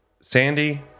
Sandy